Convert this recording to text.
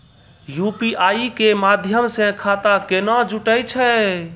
UPI के माध्यम से खाता केना जुटैय छै?